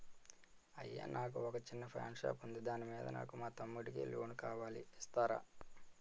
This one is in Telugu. అయ్యా నాకు వొక చిన్న పాన్ షాప్ ఉంది దాని మీద నాకు మా తమ్ముడి కి లోన్ కావాలి ఇస్తారా?